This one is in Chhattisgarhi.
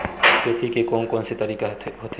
खेती के कोन कोन से तरीका होथे?